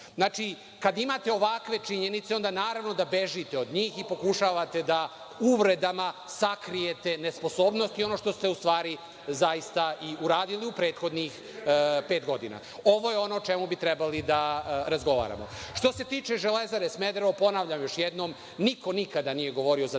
oblast? Znači, kada imate ovakve činjenice, onda naravno da bežite od njih i pokušavate da uvredama sakrijete nesposobnost i ono što ste u stvari zaista i uradili u prethodnih pet godina. Ovo je ono o čemu bi trebali da razgovaramo. Što se tiče „Železare“ Smederevo, ponavljam još jednom, niko nikada nije govorio o